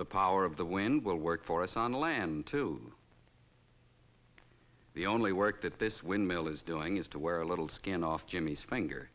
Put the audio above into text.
the power of the wind will work for us on the lam too the only work that this windmill is doing is to wear a little skin off jimmy's finger